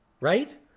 Right